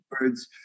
words